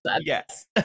Yes